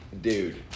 Dude